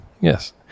Yes